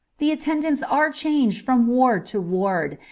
the attendants are changed from ward to ward,